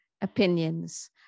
opinions